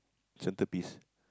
centre piece